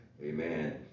Amen